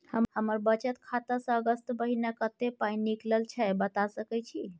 हमर बचत खाता स अगस्त महीना कत्ते पाई निकलल छै बता सके छि?